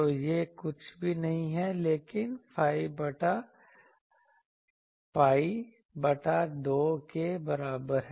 तो यह कुछ भी नहीं है लेकिन phi pi बटा 2 के बराबर है